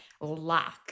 luck